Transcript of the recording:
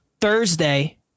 Thursday